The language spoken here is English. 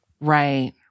Right